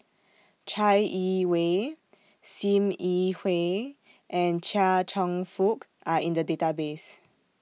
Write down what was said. Chai Yee Wei SIM Yi Hui and Chia Cheong Fook Are in The Database